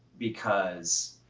because.